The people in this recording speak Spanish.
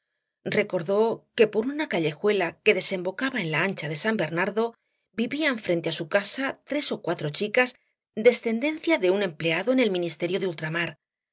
recordó que por una callejuela que desembocaba en la ancha de san bernardo vivían frente á su casa tres ó cuatro chicas descendencia de un empleado en el ministerio de ultramar